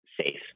safe